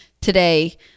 today